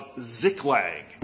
Ziklag